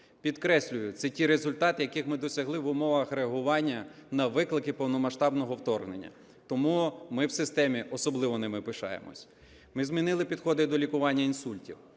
Підкреслюю, це ті результати, яких ми досягли в умовах реагування на виклики повномасштабного вторгнення, тому ми в системі особливо ними пишаємося. Ми змінили підходи до лікування інсультів.